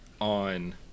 on